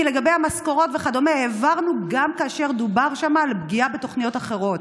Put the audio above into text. ולגבי המשכורות וכדומה העברנו גם כאשר דובר שם על פגיעה בתוכניות אחרות.